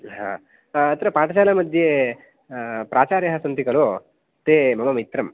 हा अत्र पाठशाला मध्ये प्राचार्याः सन्ति खलु ते मम मित्रम्